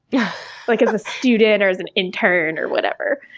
yeah like as a student, or as an intern, or whatever.